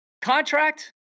contract